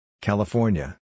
California